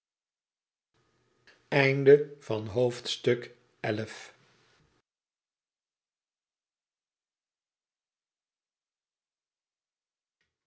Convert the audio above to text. hoofdstuk van het